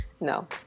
No